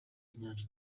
inyanja